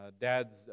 dad's